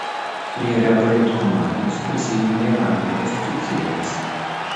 prie revolut komandos prisijungė vaidotas cucėnas